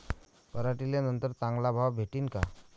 पराटीले नंतर चांगला भाव भेटीन का?